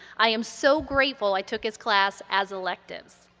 i am so grateful i took his class as electives.